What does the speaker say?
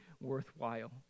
worthwhile